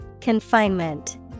Confinement